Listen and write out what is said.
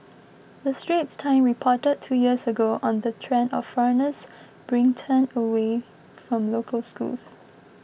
the Straits Times reported two years ago on the trend of foreigners bring turned away from local schools